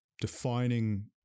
defining